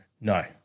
No